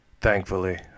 Thankfully